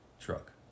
truck